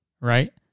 right